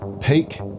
peak